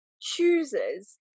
chooses